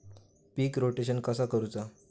पीक rotation कसा करूचा?